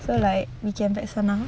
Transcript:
so like we can tag senang